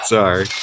Sorry